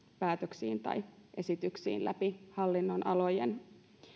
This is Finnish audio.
päätöksiin tai esityksiin läpi hallinnonalojen